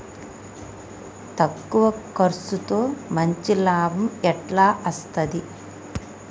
తక్కువ కర్సుతో మంచి లాభం ఎట్ల అస్తది?